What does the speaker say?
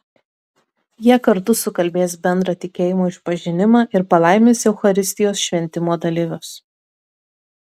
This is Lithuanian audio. jie kartu sukalbės bendrą tikėjimo išpažinimą ir palaimins eucharistijos šventimo dalyvius